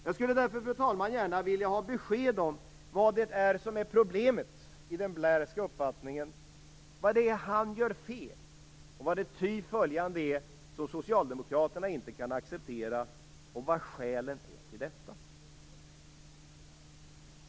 Jag skulle därför, fru talman, gärna vilja ha besked om vad som är problemet i den Blairska uppfattningen, vad han gör för fel, vad det ty åtföljande är som socialdemokraterna inte kan acceptera och vad som är skälen till detta.